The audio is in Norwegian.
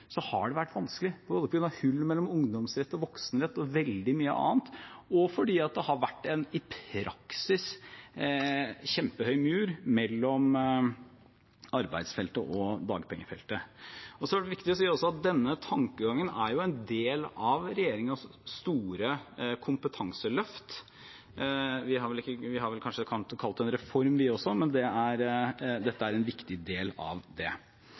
så har det vært vanskelig – på grunn av både hull mellom ungdomsrett og voksenrett og veldig mye annet og fordi det i praksis har vært en kjempehøy mur mellom arbeidsfeltet og dagpengefeltet. Det har vært viktig å si at denne tankegangen er en del av regjeringens store kompetanseløft. Vi har vel kanskje kalt det en reform, vi også, men dette er en viktig del av det.